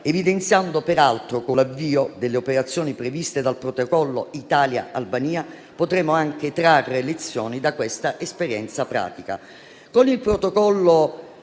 evidenziando peraltro che, con l'avvio delle operazioni previste dal protocollo Italia-Albania, potremmo anche trarre lezioni da questa esperienza pratica.